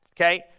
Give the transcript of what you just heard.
Okay